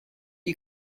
you